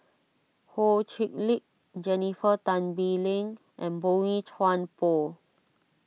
Ho Chee Lick Jennifer Tan Bee Leng and Boey Chuan Poh